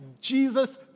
Jesus